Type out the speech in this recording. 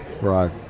right